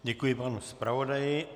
Děkuji panu zpravodaji.